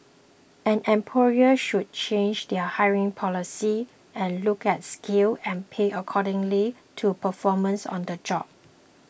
and employers should change their hiring policies and look at skills and pay accordingly to performance on the job